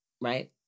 Right